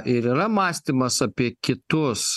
ir yra mąstymas apie kitus